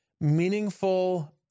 meaningful